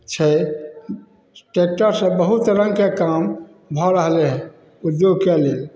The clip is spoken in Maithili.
छै ट्रैकटरसँ बहुत रङ्गके काम भऽ रहलै हँ उद्योगके लेल